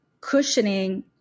cushioning